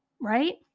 right